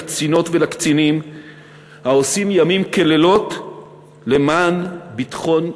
לקצינות ולקצינים העושים לילות כימים למען ביטחון ישראל.